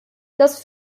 das